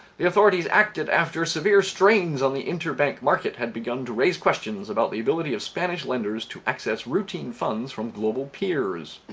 the authorities acted after severe strains on the interbank market had begun to raise questions about the ability of spanish lenders to access routine funds from global peers.